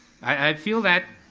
i feel that,